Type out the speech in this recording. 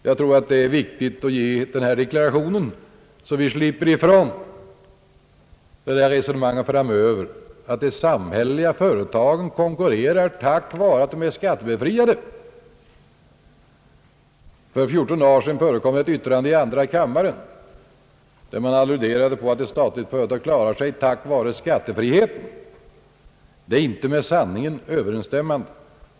Jag tror att det är riktigt att lämna denna deklaration, så att vi framöver slipper ifrån de där resonemangen om att de samhälleliga företagen konkurrerar tack vare att de är skattebefriade. För fjorton dagar sedan förekom ett yttrande i andra kammaren, i vilket man alluderade på att ett statligt företag klarar sig »tack vare skattebefrielsen». Det är inte med sanningen överensstämmande.